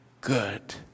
good